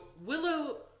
Willow